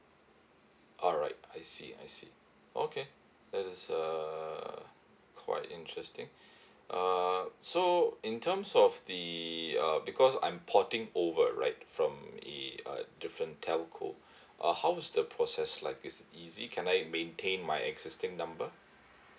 alright I see I see okay that is uh quite interesting uh so in terms of the uh because I'm porting over right from the uh different telco uh how was the process like is it easy can I maintain my existing number